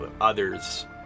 others